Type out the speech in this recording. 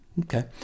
Okay